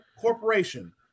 corporation